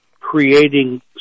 creating